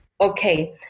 Okay